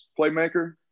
playmaker